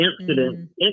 incidents